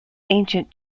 ancient